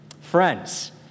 Friends